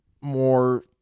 more